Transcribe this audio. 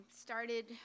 started